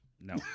No